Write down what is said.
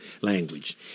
language